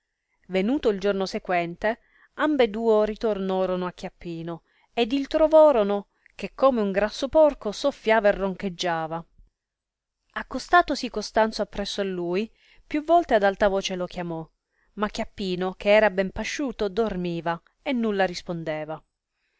venuto il giorno sequente ambe duo ritornorono a chiappino ed il trovorono che come un grasso porco soffiava e roncheggiava accostatosi costanzo appresso a lui più volte ad alta voce lo chiamò ma chiappino che era ben pasciuto dormiva e nulla rispondeva